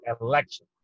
election